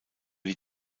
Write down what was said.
die